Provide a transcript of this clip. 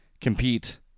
compete